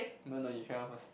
no no you carry on first